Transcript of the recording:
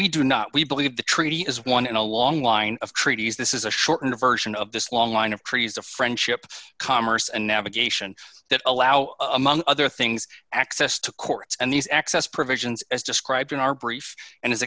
we do not we believe the treaty is one in a long line of treaties this is a shortened version of this long line of trees of friendship commerce and navigation that allow among other things access to courts and these access provisions as described in our brief and